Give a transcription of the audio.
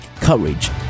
courage